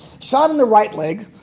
shot in the right leg,